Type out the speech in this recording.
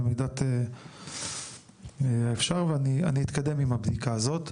במידת האפשר ואני אתקדם עם הבדיקה הזאת.